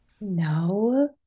No